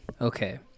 Okay